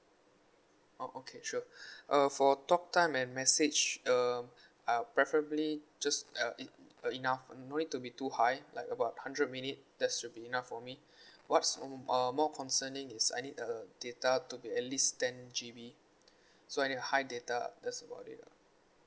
oh okay sure uh for talk time and message um I preferably just uh enough no need to be too high like about hundred minute that should be enough for me what's uh more concerning is I need uh data to be at least ten G_B so I need high data that's about it lah